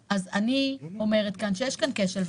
אז יש כאן כשל.